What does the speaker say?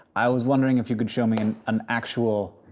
i was wondering if you could show me and an actual,